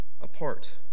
apart